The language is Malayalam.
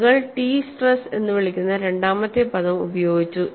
ആളുകൾ ടി സ്ട്രെസ് എന്ന് വിളിക്കുന്ന രണ്ടാമത്തെ പദം ഉപയോഗിച്ചു